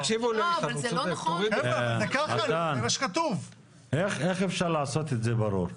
מתן, איך אפשר לעשות את זה ברור?